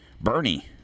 Bernie